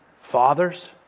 fathers